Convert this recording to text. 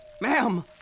ma'am